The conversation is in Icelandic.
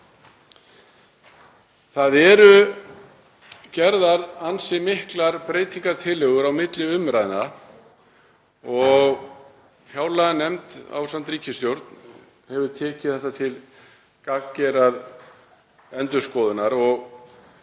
Það eru gerðar ansi miklar breytingartillögur á milli umræðna. Fjárlaganefnd ásamt ríkisstjórn hefur tekið þetta til gagngerrar endurskoðunar og